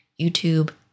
YouTube